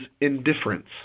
indifference